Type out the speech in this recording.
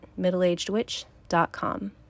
middleagedwitch.com